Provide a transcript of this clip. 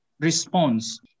response